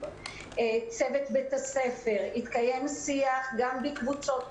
בצוות בית הספר התקיים שיח גם בקבוצות קטנות,